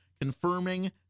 confirming